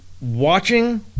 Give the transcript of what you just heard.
Watching